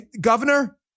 governor